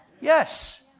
Yes